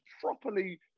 properly